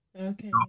Okay